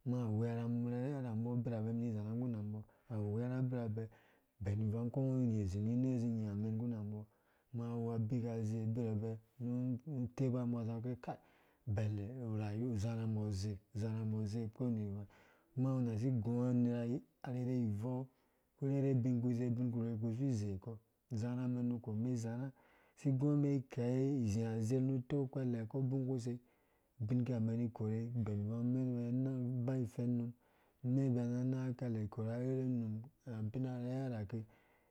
Kuma aweramum rherhe rhambɔ birabɛ umum ki ni izarha birabe bɛn ivang iko ungo uz iminɛ zi unya umɛn ngguna umbɔ kuma awu bika ze, birabe nu nu utebe mbɔ sa agɛ kai abele uwaye uzarha mbɔ uze uze rhambo uze kowende ivang kuma ungo nasi iyuɔ unera arherhi iveu ko arherhe ubin kusei ubin kurki kusi izekɔ uza rhamen mukɔ umɛn izarha si iguɔ umɛn ikɛyi, izi azerh nu uteu kwele ko ubin kuse, abim ki ha umen kini ikore ben ivang umɛn bɛ nang uba ifɛn num umɛnbɛ na anang akɛlɛ ikora arherhe hake